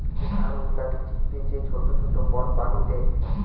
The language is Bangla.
ধান গুলাকে চিপে যে ছোট ছোট বল বানি দ্যায়